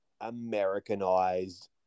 Americanized